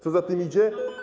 Co za tym idzie?